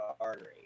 artery